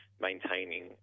maintaining